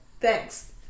Thanks